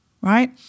right